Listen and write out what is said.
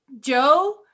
joe